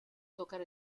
tocar